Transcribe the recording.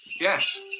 Yes